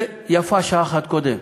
ויפה שעה אחת קודם.